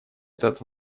этот